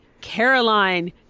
Caroline